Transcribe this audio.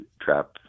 trap